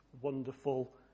wonderful